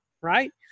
right